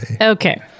Okay